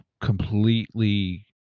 completely